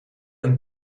een